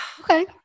Okay